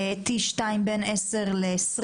T-2 בין 10 ל-20,